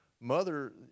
Mother